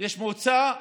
יש מועצה מקומית,